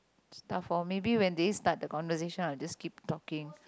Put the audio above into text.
stuffs or maybe when they start the conversation I'll just keep talking